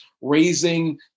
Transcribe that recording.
raising